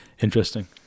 Interesting